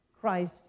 Christ